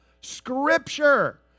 Scripture